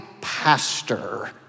pastor